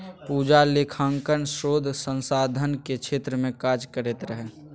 पूजा लेखांकन शोध संधानक क्षेत्र मे काज करैत रहय